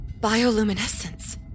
Bioluminescence